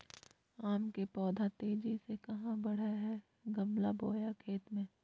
आम के पौधा तेजी से कहा बढ़य हैय गमला बोया खेत मे?